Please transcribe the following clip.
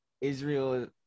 israel